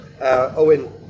Owen